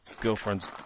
girlfriend's